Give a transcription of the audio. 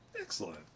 excellent